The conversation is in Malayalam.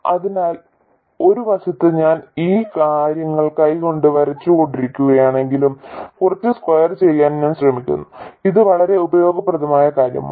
അതിനാൽ ഒരു വശത്ത് ഞാൻ ഈ കാര്യങ്ങൾ കൈകൊണ്ട് വരച്ചുകൊണ്ടിരിക്കുകയാണെങ്കിലും കുറച്ച് സ്കെയിൽ ചെയ്യാൻ ഞാൻ ശ്രമിക്കുന്നു ഇത് വളരെ ഉപയോഗപ്രദമായ കാര്യമാണ്